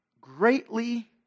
Greatly